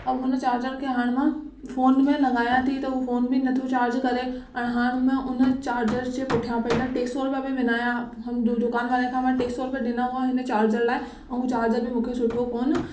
ऐं हुन चार्जर खे हाणे मां फ़ोन में लॻायां थी त हू फ़ोन बि नथो चार्ज करे ऐं हाणे मां हुन चार्जर जे पुठियां पंहिंजा टे सौ रुपया बि विञाया हुन दु दुकान वारे खां मां टे सौ रुपया ॾिना हुआ हिन चार्जर लाइ ऐं चार्जर बि मूंखे सुठो कोन